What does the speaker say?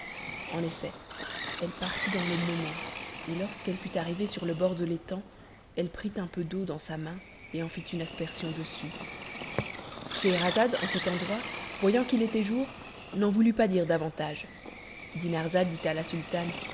en effet elle partit dans le moment et lorsqu'elle fut arrivée sur le bord de l'étang elle prit un peu d'eau dans sa main et en fit une aspersion dessus scheherazade en cet endroit voyant qu'il était jour n'en voulut pas dire davantage dinarzade dit à la sultane